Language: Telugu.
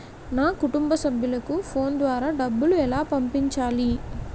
నా కుటుంబ సభ్యులకు ఫోన్ ద్వారా డబ్బులు ఎలా పంపించాలి?